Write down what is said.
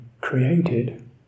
created